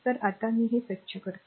तर आता मी प्रथम हे स्वच्छ करते